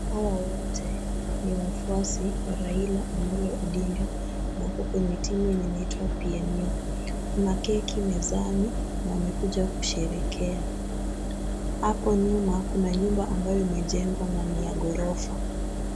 Hawa wote ni wafuasi wa Raila Amollo Odinga. Wako kwenye timu inayoitwa PNU.Kuna keki mezani na wamekuja kusherehekea. Hapo nyuma kuna nyumba ambayo imejengwa na ni ya ghorofa.